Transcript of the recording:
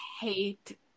hate